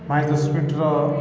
ପାଞ୍ଚ ଦଶ ମିନିଟର